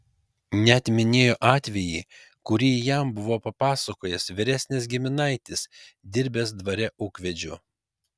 net minėjo atvejį kurį jam buvo papasakojęs vyresnis giminaitis dirbęs dvare ūkvedžiu